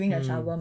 mm